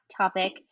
topic